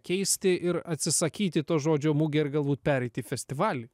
keisti ir atsisakyti to žodžio mugė ir galbūt pereiti į festivalį